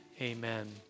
Amen